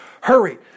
Hurry